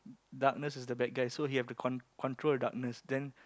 darkness is the bad guy so he have to control control the darkness then